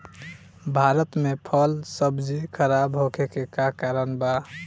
भारत में फल सब्जी खराब होखे के का कारण बा?